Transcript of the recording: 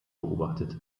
beobachtet